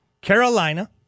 Carolina